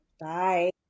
Bye